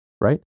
right